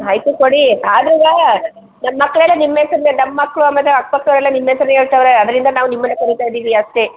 ಆಯ್ತು ಕೊಡಿ ಆದಂಗೆ ನಮ್ಮ ಮಕ್ಳೆಲ್ಲ ನಿಮ್ಮ ಹೆಸರನ್ನೇ ನಮ್ಮ ಮಕ್ಳು ಆಮೇಲೆ ಅಕ್ಕ ಪಕ್ದವರೆಲ್ಲ ನಿಮ್ಮ ಹೆಸರು ಹೇಳ್ತಾವ್ರೆ ಆದ್ರಿಂದ ನಾವು ನಿಮ್ಮನ್ನೇ ಕರೀತಾ ಇದ್ದೀವಿ ಅಷ್ಟೇ